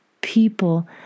people